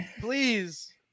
Please